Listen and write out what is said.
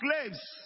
slaves